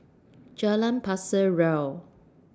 Jalan Pasir Ria